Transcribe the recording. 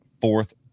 fourth